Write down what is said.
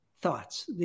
thoughts